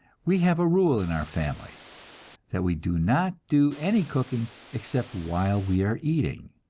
we have a rule in our family that we do not do any cooking except while we are eating,